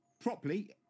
properly